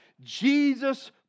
jesus